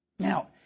Now